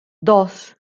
dos